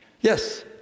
Yes